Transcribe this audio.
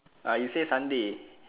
ah you say sunday